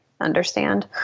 understand